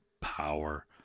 power